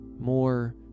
more